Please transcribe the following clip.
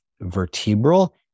vertebral